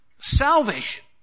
salvation